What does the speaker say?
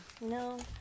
No